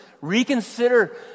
Reconsider